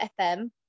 FM